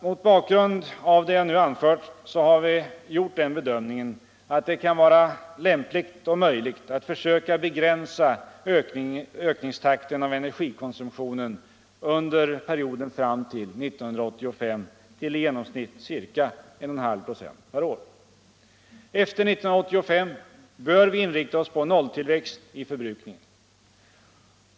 Mot bakgrund av det jag nu anfört har vi gjort den bedömningen, att det kan vara lämpligt och möjligt att försöka begränsa ökningstakten när det gäller energikonsumtionen under perioden fram till 1985 till i genomsnitt ca 1,5 96 per år. Efter 1985 bör vi inrikta oss på nolltillväxt i förbrukningen.